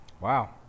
Wow